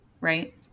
right